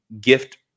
gift